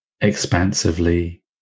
expansively